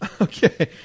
okay